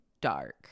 dark